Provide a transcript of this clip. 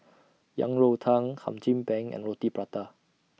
Yang Rou Tang Hum Chim Peng and Roti Prata